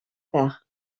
père